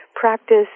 practice